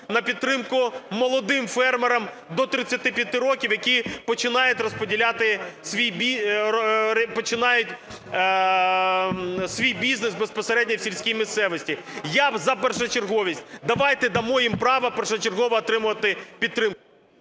на підтримку молодим фермерам до 35 років, які починають свій бізнес безпосередньо в сільській місцевості. Я за першочерговість. Давайте дамо їм право першочергово отримувати підтримку.